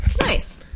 Nice